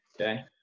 okay